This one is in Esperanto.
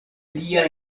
lia